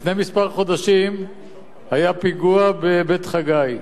לפני כמה חודשים היה פיגוע בבית-חגי,